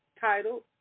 title